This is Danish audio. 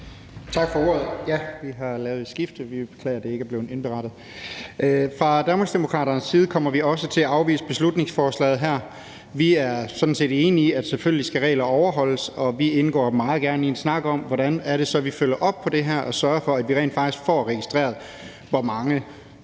Tak for ordet. Ja, vi har lavet et skifte. Vi beklager, at det ikke er blevet indberettet. Fra Danmarksdemokraternes side kommer vi også til at afvise beslutningsforslaget her. Vi er sådan set enige i, at regler selvfølgelig skal overholdes, og vi indgår meget gerne i en snak om, hvordan det så er, vi følger op på det her og sørger for, at vi rent faktisk får registreret, hvor meget